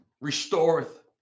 restoreth